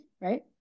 right